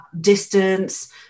distance